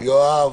יואב, יואב.